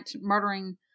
murdering